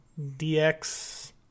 DX